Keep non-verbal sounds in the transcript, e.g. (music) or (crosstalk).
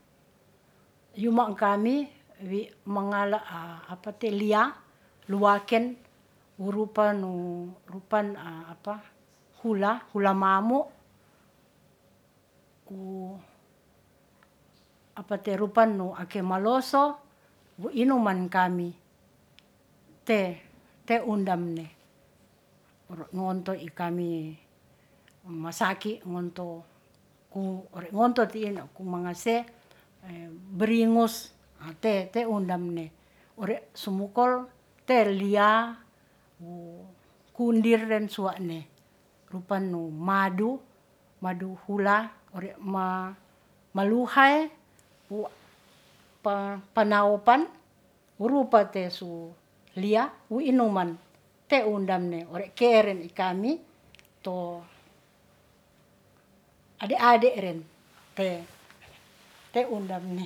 (hesitation) yuma' kami wi mangala liya luwaken wu rupa nu rupan hula, hula mamo, ku rupa apa te rupanu ake maloso wu i numan kami te te undamne oro' ngonto i kami masaki ngonto ku ore nognto ti'i no ku mangase bringus, te undamne ore sumokol te liya, wu kundir ren suwa'ne rupan nu madu, madu hula ore maluhae wu panaopan wu rupa te su liya wu inuman te undamne ore ke'ren i kami to ade-ade ren te undamne